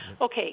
Okay